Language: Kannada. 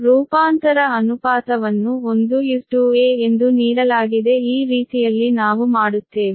ಆದ್ದರಿಂದ ರೂಪಾಂತರ ಅನುಪಾತವನ್ನು 1 a ಎಂದು ನೀಡಲಾಗಿದೆ ಈ ರೀತಿಯಲ್ಲಿ ನಾವು ಮಾಡುತ್ತೇವೆ